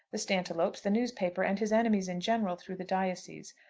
the stantiloups, the newspaper, and his enemies in general through the diocese.